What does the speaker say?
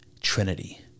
Trinity